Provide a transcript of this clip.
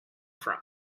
from